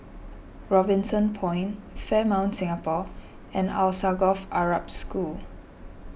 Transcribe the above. Robinson Point Fairmont Singapore and Alsagoff Arab School